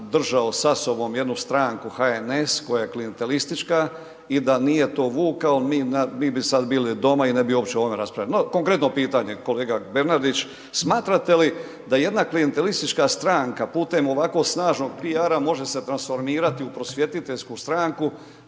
držao sa sobom jednu stranku HNS koja je klijentelistička i da nije to vukao mi bi sad bili doma i ne bi uopće o ovome raspravljali. No, konkretno pitanje kolega Bernardić. Smatrate li da jedna klijentelistička stranka putem ovako snažnog PR-a može se transformirati u prosvjetiteljsku stranku